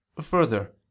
Further